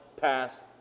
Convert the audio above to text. pass